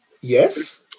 Yes